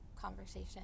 conversation